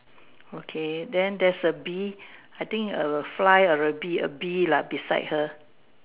okay then there's a bee I think a fly or a bee a bee lah beside her